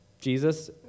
Jesus